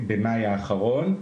במאי האחרון,